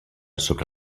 sobre